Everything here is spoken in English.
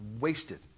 Wasted